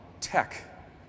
tech